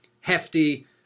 hefty